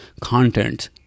content